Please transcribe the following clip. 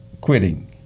quitting